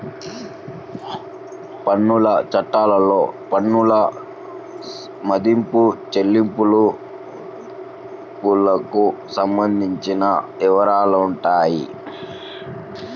పన్నుల చట్టాల్లో పన్నుల మదింపు, చెల్లింపులకు సంబంధించిన వివరాలుంటాయి